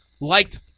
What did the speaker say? liked